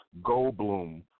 Goldblum